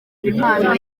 impano